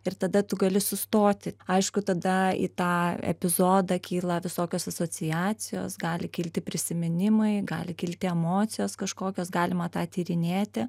ir tada tu gali sustoti aišku tada į tą epizodą kyla visokios asociacijos gali kilti prisiminimai gali kilti emocijos kažkokios galima tą tyrinėti